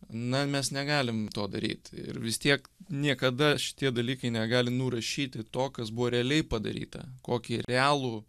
na mes negalim to daryti ir vis tiek niekada šitie dalykai negali nurašyti to kas buvo realiai padaryta kokį realų